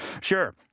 Sure